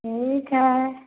ठीक है